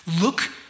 Look